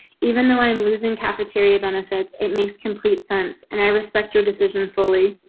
even though i'm losing cafeteria benefits, it makes complete sense, and i respect your decision fully.